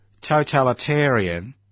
Totalitarian